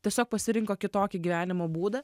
tiesiog pasirinko kitokį gyvenimo būdą